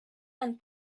and